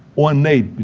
ornate,